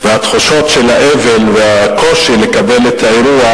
והתחושות של האבל והקושי לקבל את האירוע